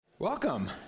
Welcome